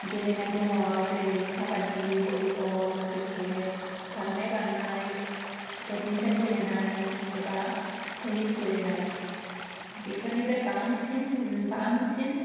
गेलेनाय दं जेरै खाबादि भलिबल क्रिकेट खारनाय बारनाय बेदमिनटन गेलेनाय एबा टेन्निस गेलेनाय बेफोरनिफ्राय बांसिन